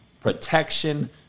protection